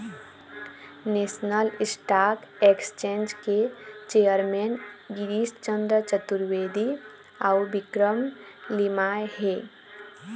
national stock exchange के chairman Girish Chandra Chaturvedi अउ विक्रम लिमाय हे